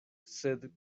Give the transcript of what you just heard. sed